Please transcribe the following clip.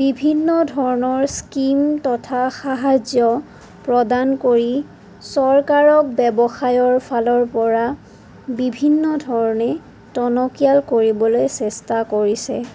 বিভিন্ন ধৰণৰ স্কিম তথা সাহাৰ্য্য় প্ৰদান কৰি চৰকাৰক ব্যৱসায়ৰ ফালৰ পৰা বিভিন্ন ধৰণে টনকিয়াল কৰিবলৈ চেষ্টা কৰিছে